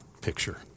picture